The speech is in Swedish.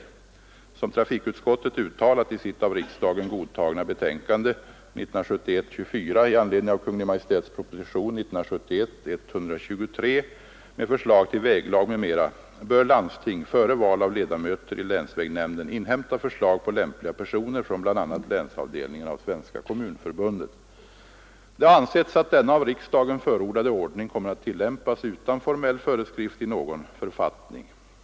Såsom trafikutskottet uttalat i sitt av riksdagen godtagna betänkande nr 24 år 1971 i anledning av Kungl. Maj:ts proposition nr 123 år 1971 med förslag till väglag m.m. bör landsting före val av ledamöter i länsvägnämnden inhämta förslag på lämpliga personer från bl.a. länsavdelningen av Svenska kommunförbundet. Det har ansetts att denna av riksdagen förordade ordning kommer att tillämpas utan formell föreskrift i någon författning.